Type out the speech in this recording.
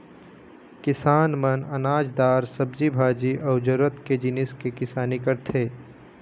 किसान मन अनाज, दार, सब्जी भाजी अउ जरूरत के जिनिस के किसानी करथे